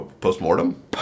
Post-mortem